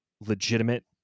legitimate